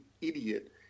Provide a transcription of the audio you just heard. idiot